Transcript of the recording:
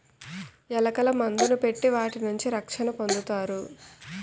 ఎలకల మందుని పెట్టి వాటి నుంచి రక్షణ పొందుతారు